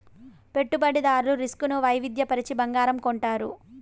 పెట్టుబడిదారులు రిస్క్ ను వైవిధ్య పరచి బంగారం కొంటారు